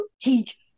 teach